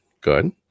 Good